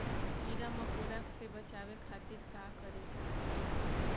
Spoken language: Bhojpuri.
कीड़ा मकोड़ा से बचावे खातिर का करे के पड़ी?